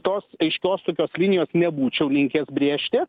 tos aiškios tokios linijos nebūčiau linkęs brėžti